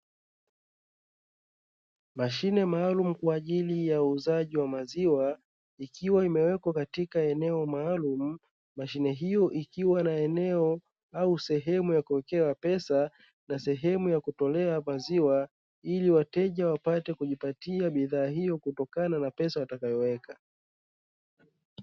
Mashine maalumu kwa ajili ya uuzaji wa maziwa ikiwa imewekwa katika eneo maalumu. Mashine hiyo ikiwa na eneo au sehemu ya kuwekea pesa na sehemu ya kutolea maziwa, ili wateja wapate kujipatia bidhaa hiyo kutokana na pesa watakayoweka.